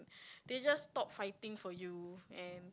they just stop fighting for you and